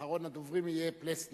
אחרון הדוברים יהיה פלסנר.